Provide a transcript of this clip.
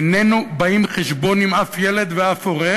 איננו באים חשבון עם אף ילד ואף הורה,